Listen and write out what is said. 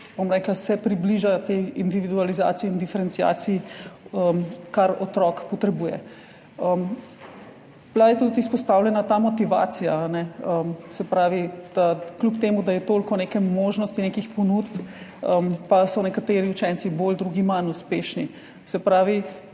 se približa tej individualizaciji in diferenciaciji, kar otrok potrebuje. Izpostavljena je bila tudi motivacija. Se pravi, kljub temu da je toliko nekih možnosti, nekih ponudb, so nekateri učenci bolj, drugi manj uspešni. Tukaj